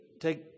take